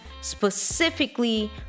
specifically